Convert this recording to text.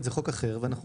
אחר.